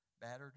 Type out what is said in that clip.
battered